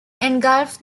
engulfed